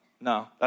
No